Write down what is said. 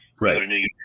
right